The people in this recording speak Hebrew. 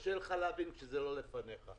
קשה לך להבין כשזה לא לפניך.